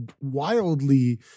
Wildly